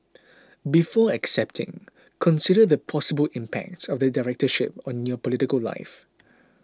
before accepting consider the possible impact of the Directorship on your political life